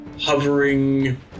hovering